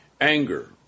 Anger